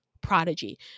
prodigy